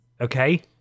Okay